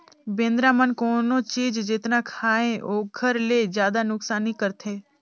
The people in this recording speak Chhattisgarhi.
बेंदरा मन कोनो चीज जेतना खायें ओखर ले जादा नुकसानी करथे